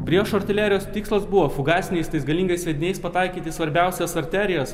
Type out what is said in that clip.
priešo artilerijos tikslas buvo fugasiniais tais galingais sviediniais pataikyti svarbiausias arterijas